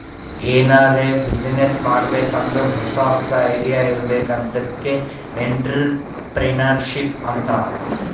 ಎನಾರೇ ಬಿಸಿನ್ನೆಸ್ ಮಾಡ್ಬೇಕ್ ಅಂದುರ್ ಹೊಸಾ ಹೊಸಾ ಐಡಿಯಾ ಇರ್ಬೇಕ್ ಅದ್ಕೆ ಎಂಟ್ರರ್ಪ್ರಿನರ್ಶಿಪ್ ಅಂತಾರ್